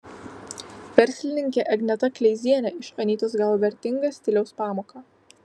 verslininkė agneta kleizienė iš anytos gavo vertingą stiliaus pamoką